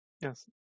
Yes